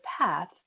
path